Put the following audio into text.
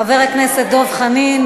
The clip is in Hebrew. חבר הכנסת דב חנין,